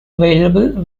available